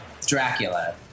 Dracula